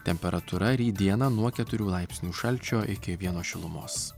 temperatūra ryt dieną nuo keturių laipsnių šalčio iki vieno šilumos